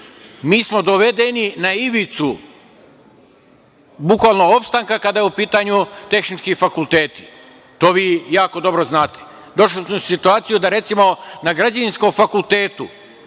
mi smo dovedeni na ivicu opstanka kada su u pitanju tehnički fakulteti, to vi jako dobro znate. Došli smo u situaciju da, recimo, na Građevinskom fakultetu